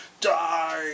die